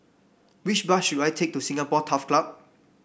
which bus should I take to Singapore Turf Club